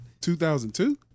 2002